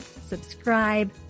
subscribe